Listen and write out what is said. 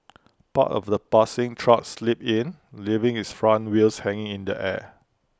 part of the passing truck slipped in leaving its front wheels hanging in the air